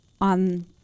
on